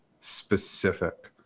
specific